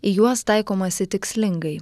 į juos taikomasi tikslingai